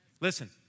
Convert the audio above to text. Listen